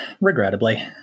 Regrettably